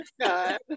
God